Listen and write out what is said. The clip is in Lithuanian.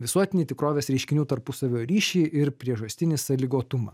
visuotinį tikrovės reiškinių tarpusavio ryšį ir priežastinį sąlygotumą